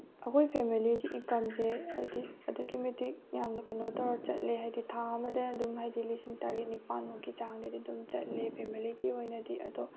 ꯑꯩꯈꯣꯏ ꯐꯦꯃꯦꯂꯤꯒꯤ ꯏꯟꯀꯝꯁꯦ ꯍꯥꯏꯗꯤ ꯑꯗꯨꯛꯀꯤ ꯃꯇꯤꯛ ꯌꯥꯝꯅ ꯀꯩꯅꯣ ꯇꯧꯔꯒ ꯆꯠꯂꯦ ꯍꯥꯏꯗꯤ ꯊꯥ ꯑꯃꯗ ꯑꯗꯨꯝ ꯍꯥꯏꯗꯤ ꯂꯤꯁꯤꯡ ꯇꯔꯦꯠ ꯅꯤꯄꯥꯜ ꯃꯨꯛꯀꯤ ꯆꯥꯡꯗꯗꯤ ꯑꯗꯨꯝ ꯆꯠꯂꯦ ꯐꯦꯃꯦꯂꯤꯒꯤ ꯑꯣꯏꯅꯗꯤ ꯑꯗꯣ